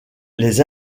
les